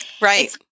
Right